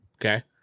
Okay